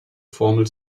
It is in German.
formel